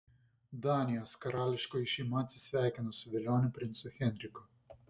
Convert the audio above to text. danijos karališkoji šeima atsisveikino su velioniu princu henriku